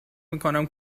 میکنم